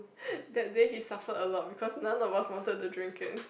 that day he suffered a lot because none of us wanted to drink it